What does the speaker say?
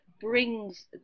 brings